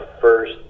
first